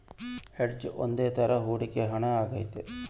hedge ಒಂದ್ ತರ ಹೂಡಿಕೆ ಹಣ ಆಗೈತಿ